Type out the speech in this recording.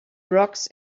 rocks